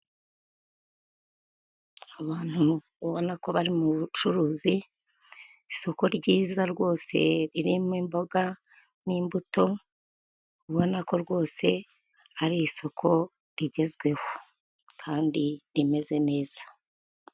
Abantu ubona ko bari mu bucuruzi, isoko ryiza rwose ririmo imboga n'imbuto, ubona ko rwose ari isoko rigezweho kandi rimeze neza.